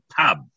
pub